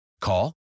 Call